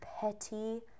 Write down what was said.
petty